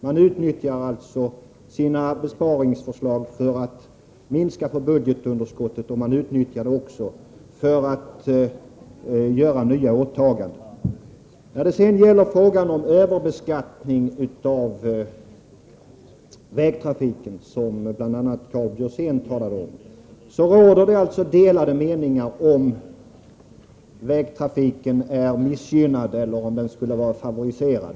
De utnyttjar sina besparingsförslag för att minska budgetunderskottet, och de utnyttjar dem samtidigt för att göra nya åtaganden. I frågan om överbeskattning av vägtrafiken, som bl.a. Karl Björzén talade om, råder det delade meningar om huruvida vägtrafiken är missgynnad eller favoriserad.